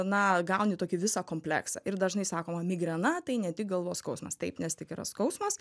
na gauni tokį visą kompleksą ir dažnai sakoma migrena tai ne tik galvos skausmas taip nes tik yra skausmas